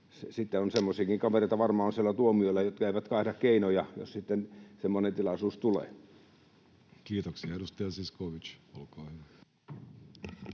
sitten on semmoisiakin kavereita varmaan siellä tuomiolla, jotka eivät kaihda keinoja, jos semmoinen tilaisuus tulee. Kiitoksia. — Edustaja Zyskowicz, olkaa hyvä.